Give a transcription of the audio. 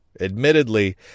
Admittedly